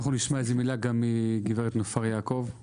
אנחנו נשמע איזה מילה גם מגב' נופר יעקב.